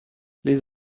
les